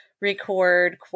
record